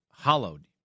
Hollowed